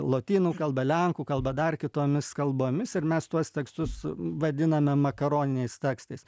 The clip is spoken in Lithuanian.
lotynų kalba lenkų kalba dar kitomis kalbomis ir mes tuos tekstus vadiname makaroniniais tekstais